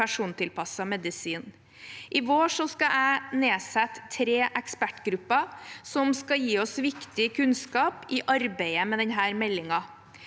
persontilpasset medisin. I vår skal jeg nedsette tre ekspertgrupper som skal gi oss viktig kunnskap i arbeidet med denne meldingen.